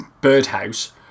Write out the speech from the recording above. birdhouse